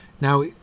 Now